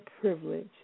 privilege